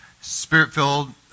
spirit-filled